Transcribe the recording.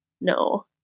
no